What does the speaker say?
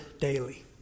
daily